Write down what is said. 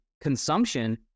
consumption